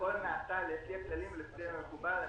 הכול נעשה לפי הכללים ולפי המקובל.